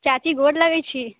चाची गोर लगैत छी